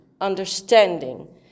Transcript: understanding